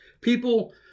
People